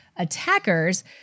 Attackers